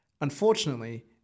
Unfortunately